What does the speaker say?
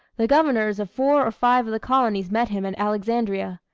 the governors of four or five of the colonies met him at alexandria.